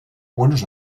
buenos